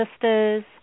sisters